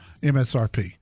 MSRP